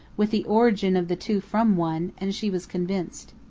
with the origin of the two from one, and she was convinced.